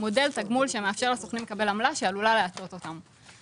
מודל תגמול שמאפשר לסוכנים לקבל עמלה שעלולה להטות אותם.